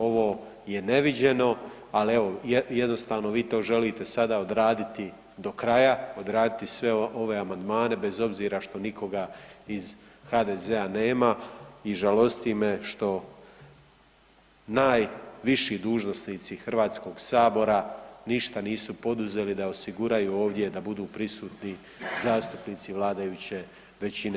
Ovo je neviđeno, ali evo jednostavno vi to želite sada odraditi dokraja, odraditi sve ove amandmane bez obzira što nikoga iz HDZ-a nema i žalosti me što najviši dužnosnici Hrvatskog sabora ništa nisu poduzeli da osiguraju ovdje da budu prisutni zastupnici vladajuće većine.